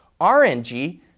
RNG